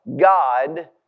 God